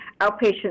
outpatient